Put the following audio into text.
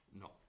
No